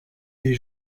des